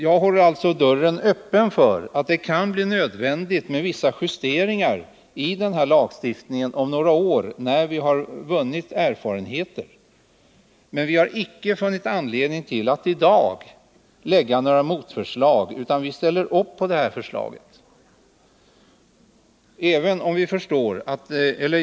Jag håller alltså dörren öppen för att det när vi har vunnit erfarenheter kan bli nödvändigt med vissa justeringar av lagstiftningen. Men vi har inte funnit anledning att i dag lägga fram motförslag, utan vi ställer upp på propositionens förslag.